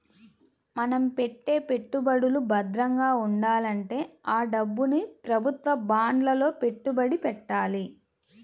మన పెట్టే పెట్టుబడులు భద్రంగా ఉండాలంటే ఆ డబ్బుని ప్రభుత్వ బాండ్లలో పెట్టుబడి పెట్టాలి